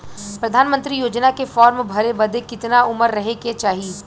प्रधानमंत्री योजना के फॉर्म भरे बदे कितना उमर रहे के चाही?